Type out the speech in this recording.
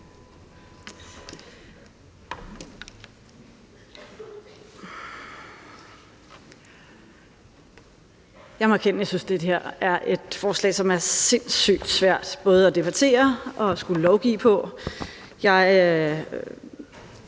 Jeg må erkende, at jeg synes, det her er et forslag, som er sindssygt svært både at debattere og skulle lovgive på.